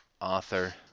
author